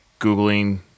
Googling